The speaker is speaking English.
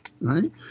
right